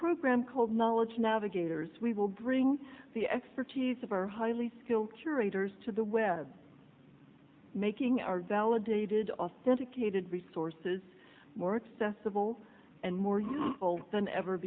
program called knowledge navigators we will bring the expertise of our highly skilled curators to the web making our validated authenticated resources more accessible and more all than ever